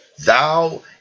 thou